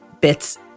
bits